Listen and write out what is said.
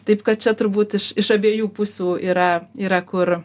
taip kad čia turbūt iš iš abiejų pusių yra yra kur